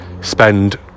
spend